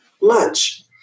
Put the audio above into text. lunch